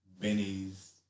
Benny's